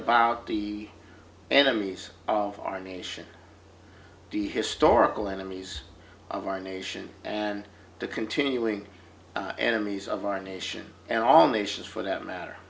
about the enemies of our nation the historical enemies of our nation and the continuing enemies of our nation and all nations for that matter